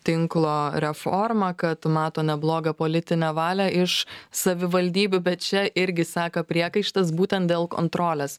tinklo reformą kad mato neblogą politinę valią iš savivaldybių bet čia irgi seka priekaištas būtent dėl kontrolės